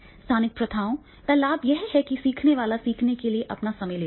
स्थानिक प्रथाओं का लाभ यह है कि सीखने वाला सीखने के लिए अपना समय लेता है